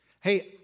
Hey